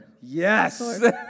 Yes